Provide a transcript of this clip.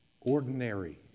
Ordinary